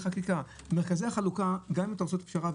מרכזי החלוקה גם אם תעשה פשרה,